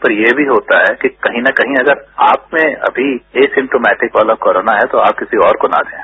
पर ये भी होता है कि कहीं न कहीं अगर आप में अभी ए सिम्प्टोमैटिक वाला कोरोना है तो आप किसी और को न दें